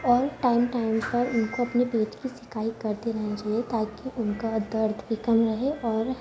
اور time time پر ان کو اپنے پیٹ کی سکائی کرتی رہنا چاہیے تا کہ ان کا درد بھی کم رہے اور